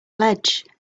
ledge